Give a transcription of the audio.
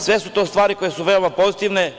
Sve su to stvari koje su veoma pozitivne.